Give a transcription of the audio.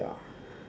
ya